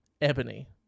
ebony